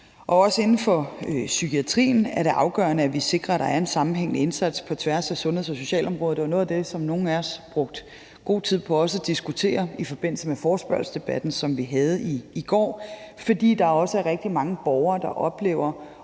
og også inden for psykiatrien er det afgørende, at vi sikrer, at der er en sammenhængende indsats på tværs af sundheds- og socialområdet. Det var noget af det, som nogle af os også brugte god tid på at diskutere i forbindelse med forespørgselsdebatten i går, for der er også rigtig mange borgere, der oplever